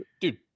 Dude